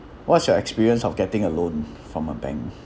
what's your experience of getting a loan from a bank